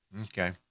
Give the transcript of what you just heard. Okay